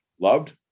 Loved